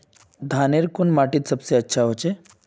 धानेर कुन माटित सबसे अच्छा होचे?